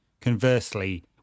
Conversely